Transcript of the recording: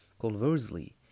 Conversely